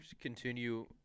continue